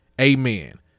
Amen